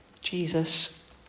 Jesus